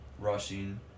Rushing